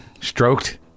Stroked